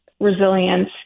resilience